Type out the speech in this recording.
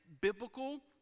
biblical